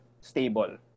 stable